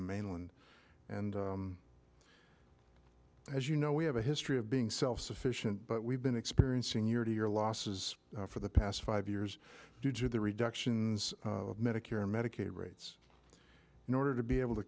the mainland and as you know we have a history of being self sufficient but we've been experiencing year to year losses for the past five years due to the reductions of medicare medicaid rates in order to be able to